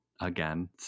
Again